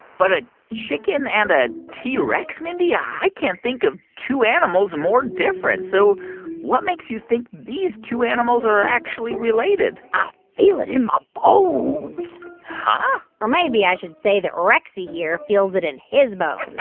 but a chicken and a t. rex, mindy? i can't think of two animals more different. so what makes you think these two animals are actually related? i feel it in my bones huh? or maybe i should say that rexy here feels it in his bones